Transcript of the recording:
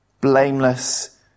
Blameless